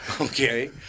okay